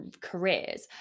careers